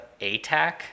atac